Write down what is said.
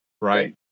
Right